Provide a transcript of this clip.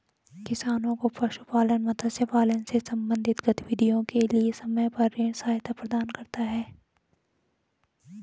किसानों को पशुपालन, मत्स्य पालन से संबंधित गतिविधियों के लिए समय पर ऋण सहायता प्रदान करता है